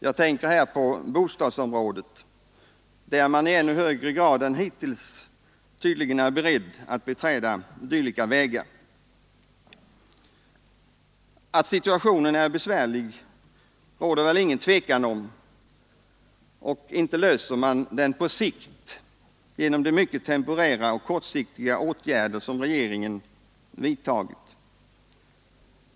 Jag tänker här på bostadsområdet, där man nu i ännu högre grad än hittills tydligen är beredd att beträda dylika vägar. Att situationen är besvärlig råder det väl intet tvivel om, och inte förbättrar man den på sikt genom de mycket temporära och kortsiktiga åtgärder som regeringen vidtagit.